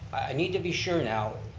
need to be sure now,